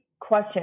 question